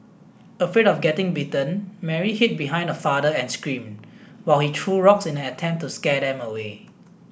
afraid of getting bitten Mary hid behind her father and screamed while he threw rocks in an attempt to scare them away